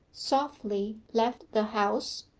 softly left the house,